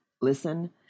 listen